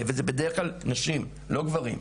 ואלה בדרך כלל נשים ולא גברים.